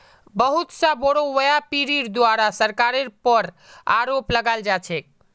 बहुत स बोरो व्यापीरीर द्वारे सरकारेर पर आरोप लगाल जा छेक